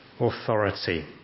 authority